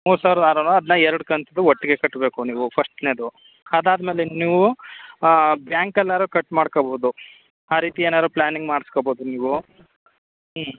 ಮೂವತ್ತು ಸಾವಿರದ ಆರುನೂರು ಅದನ್ನ ಎರಡು ಕಂತುದು ಒಟ್ಟಿಗೆ ಕಟ್ಟಬೇಕು ನೀವು ಫಸ್ಟ್ನೇದು ಅದಾದ ಮೇಲೆ ನೀವು ಬ್ಯಾಂಕಲ್ಲಾರು ಕಟ್ ಮಾಡ್ಕೋಬೋದು ಆ ರೀತಿ ಏನಾರು ಪ್ಲಾನಿಂಗ್ ಮಾಡಿಸ್ಕೊಬೋದು ನೀವು ಹ್ಞೂ